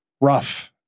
rough